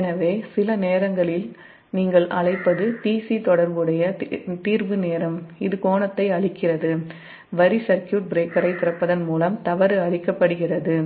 எனவே சில நேரங்களில் நீங்கள் அழைப்பது tc தொடர்புடைய தீர்வு நேரம் இது கோணத்தை அழிக்கிறது வரி சர்க்யூட் பிரேக்கரைத் திறப்பதன் மூலம் தவறு அழிக்கப்படுகிறது